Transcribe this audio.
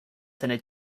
center